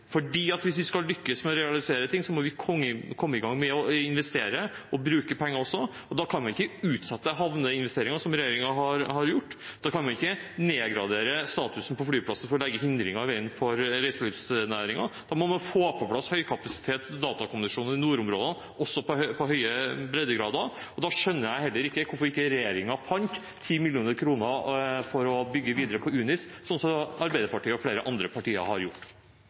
Hvis vi skal lykkes med å realisere ting, må vi komme i gang med å investere og bruke penger også. Da kan vi ikke utsette havneinvesteringen, slik regjeringen har gjort, da kan vi ikke nedgradere statusen på flyplassen og slik legge hindringer i veien for reiselivsnæringen, og man må få på plass høykapasitet ved datakommunikasjonen i nordområdene også på høye breddegrader. Jeg skjønner heller ikke hvorfor regjeringen ikke fant 10 mill. kr til å bygge videre på UNIS, slik Arbeiderpartiet og flere andre partier har gjort.